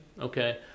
okay